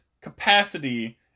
capacity